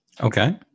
Okay